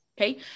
Okay